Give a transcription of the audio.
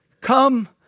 Come